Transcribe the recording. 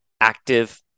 active